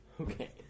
Okay